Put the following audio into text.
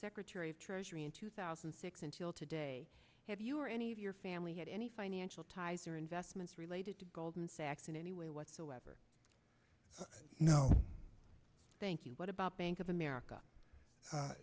secretary of treasury in two thousand and six until today have you or any of your family had any financial ties or investments related to goldman sachs in any way whatsoever no thank you what about bank of america